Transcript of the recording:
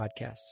podcasts